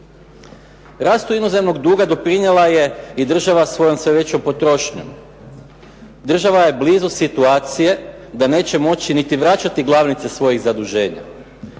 Rastu inozemnog duga doprinijela je i država svojom sve većom potrošnjom. Država je blizu situacije da neće moći niti vraćati glavnice svojih zaduženja.